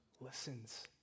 listens